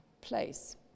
place